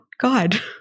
God